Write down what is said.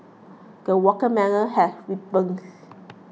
the watermelon has ripens